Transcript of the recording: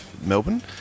Melbourne